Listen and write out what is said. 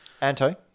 Anto